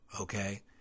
Okay